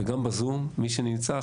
וגם זום מי שנמצא,